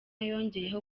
yongeyeho